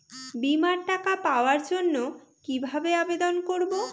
বিমার টাকা পাওয়ার জন্য কিভাবে আবেদন করব?